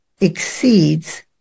exceeds